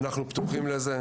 ופתוחים לזה.